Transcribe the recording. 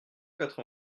quatre